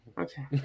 Okay